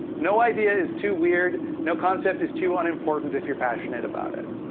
no idea is too weird, no concept is too unimportant if you're passionate about it.